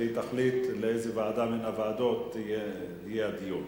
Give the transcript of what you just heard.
והיא תחליט באיזו ועדה מן הוועדות יהיה הדיון.